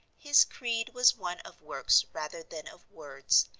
his creed was one of works rather than of words,